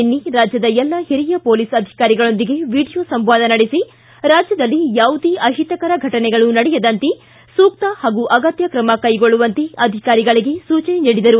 ನಿನ್ನೆ ರಾಜ್ಯದ ಎಲ್ಲ ಓರಿಯ ಮೋಲಿಸ್ ಅಧಿಕಾರಿಗಳೊಂದಿಗೆ ವಿಡಿಯೋ ಸಂವಾದ ನಡೆಸಿ ರಾಜ್ಯದಲ್ಲಿ ಯಾವುದೇ ಅಹಿತಕರ ಫಟನೆಗಳು ನಡೆಯದಂತೆ ಸೂಕ್ತ ಹಾಗೂ ಅಗತ್ಯ ಕ್ರಮ ಕೈಗೊಳ್ಳುವಂತೆ ಅಧಿಕಾರಿಗಳಿಗೆ ಸೂಚನೆ ನೀಡಿದರು